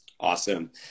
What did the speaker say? Awesome